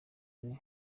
ane